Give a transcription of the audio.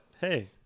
hey